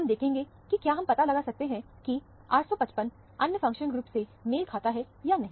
हम देखेंगे कि क्या हम पता लगा सकते हैं की 855 अन्य फंक्शनल ग्रुप से मेल खाता है या नहीं